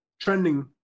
trending